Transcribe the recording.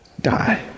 die